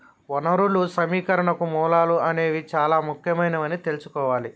వనరులు సమీకరణకు మూలాలు అనేవి చానా ముఖ్యమైనవని తెల్సుకోవాలి